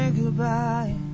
goodbye